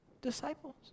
disciples